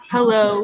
Hello